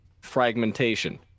fragmentation